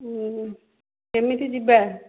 କେମିତି ଯିବା